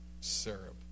Syrup